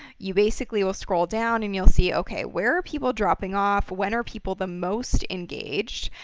you basically will scroll down and you'll see, okay, where are people dropping off? when are people the most engaged?